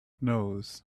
knows